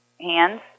hands